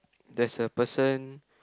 there's a person